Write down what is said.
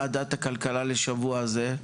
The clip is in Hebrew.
אנחנו פותחים את דיוני ועדת הכלכלה לשבוע זה,